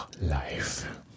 life